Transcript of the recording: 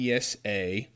PSA